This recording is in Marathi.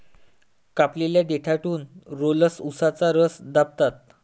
कापलेल्या देठातून रोलर्स उसाचा रस दाबतात